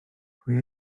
pwy